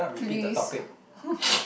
please